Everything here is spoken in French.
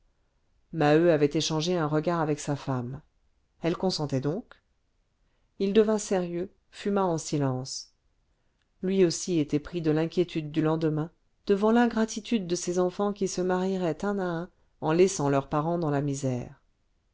maheu avait échangé un regard avec sa femme elle consentait donc il devint sérieux fuma en silence lui aussi était pris de l'inquiétude du lendemain devant l'ingratitude de ces enfants qui se marieraient un à un en laissant leurs parents dans la misère